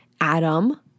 Adam